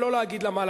לא כדאי לעלות.